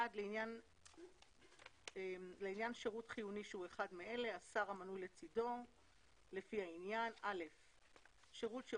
לעניין שירות חיוני שהוא אחד מאלה - לעניין שירות חיוני